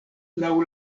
laŭ